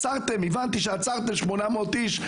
הבנתי שעצרתם 800 אנשים,